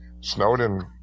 Snowden